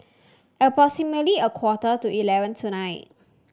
approximately a quarter to eleven tonight